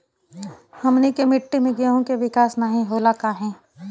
हमनी के मिट्टी में गेहूँ के विकास नहीं होला काहे?